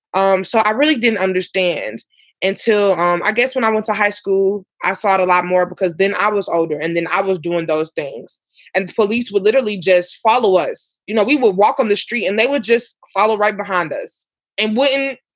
um so i really didn't understand until um i guess when i went to high school, i saw a lot more because then i was older and then i was doing those things and the police would literally just follow us. you know, we will walk on the street and they would just follow right behind us and when.